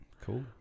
Cool